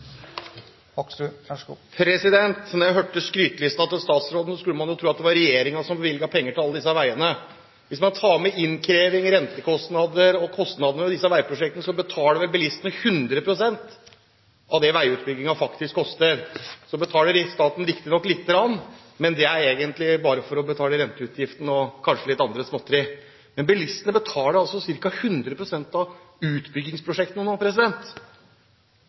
jeg hørte skrytelisten til statsråden, skulle man jo tro at det var regjeringen som bevilget penger til alle disse veiene. Hvis man tar med innkreving, rentekostnader – kostnadene ved disse veiprosjektene – så betaler bilistene 100 pst. av det veiutbyggingen faktisk koster. Så betaler staten riktignok lite grann, men det er egentlig bare til renteutgifter og kanskje litt annet småtteri. Men bilistene betaler altså ca. 100 pst. av utbyggingsprosjektene nå.